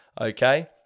okay